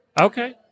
Okay